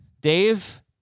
Dave